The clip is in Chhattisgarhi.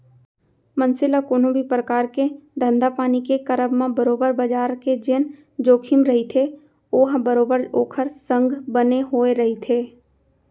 मनसे ल कोनो भी परकार के धंधापानी के करब म बरोबर बजार के जेन जोखिम रहिथे ओहा बरोबर ओखर संग बने होय रहिथे